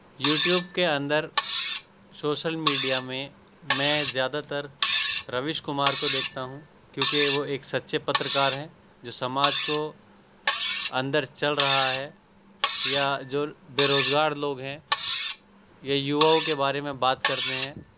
YouTube کے اندر social media میں میں زیادہ تر رویش کمار کو دیکھتا ہوں کیونکہ وہ ایک سچے پترکار ہیں جو سماج کو اندر چل رہا ہے یا جو بے روزگار لوگ ہیں یا یوواؤں کے بارے میں بات کرتے ہیں